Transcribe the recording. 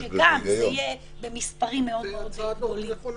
שגם זה יהיה במספרים מאוד מאוד גדולים.